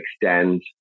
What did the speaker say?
extend